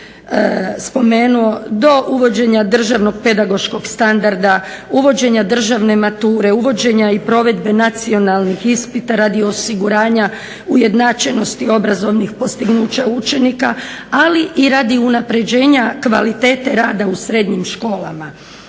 spomenuo do uvođenja državnog pedagoškog standarda, uvođenja državne mature, uvođenja provedbe nacionalnih ispita radi osiguranja ujednačenosti obrazovnih postignuća učenika, ali i radi unapređenja kvalitete rada u srednjim školama.